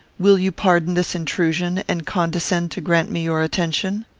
will you pardon this intrusion, and condescend to grant me your attention?